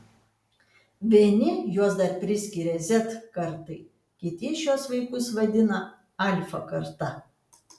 vieni juos dar priskiria z kartai kiti šiuos vaikus vadina alfa karta